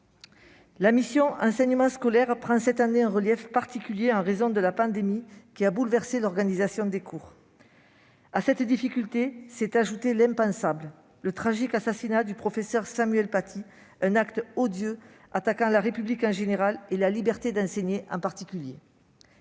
la mission « Enseignement scolaire » prend cette année un relief particulier en raison de la pandémie qui a bouleversé l'organisation des cours. À cette difficulté s'est ajouté l'impensable : le tragique assassinat du professeur Samuel Paty ; un acte odieux, attaquant la République en général et la liberté d'enseigner en particulier.